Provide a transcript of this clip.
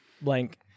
Blank